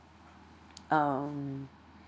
um